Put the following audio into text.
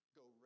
go